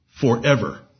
forever